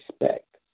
respect